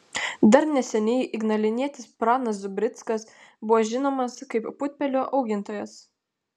dar neseniai ignalinietis pranas zubrickas buvo žinomas kaip putpelių augintojas